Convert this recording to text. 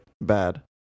bad